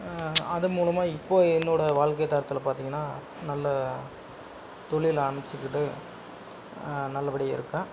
அது மூலமாக இப்போது என்னோட வாழ்க்கை தரத்தில் பார்த்திங்கனா நல்ல தொழில் ஆரம்மிச்சிக்கிட்டு நல்ல படியாக இருக்கேன்